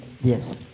Yes